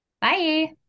Bye